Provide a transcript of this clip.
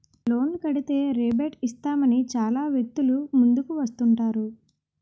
లోన్లు కడితే రేబేట్ ఇస్తామని చాలా వ్యక్తులు ముందుకు వస్తుంటారు